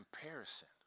comparison